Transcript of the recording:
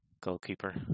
goalkeeper